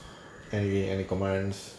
anyway any commands